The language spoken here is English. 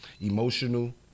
emotional